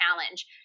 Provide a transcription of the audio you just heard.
challenge